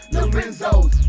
Lorenzo's